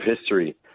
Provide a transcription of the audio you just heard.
history